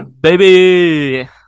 baby